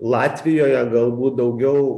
latvijoje galbūt daugiau